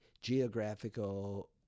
geographical